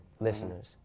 listeners